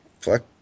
Fuck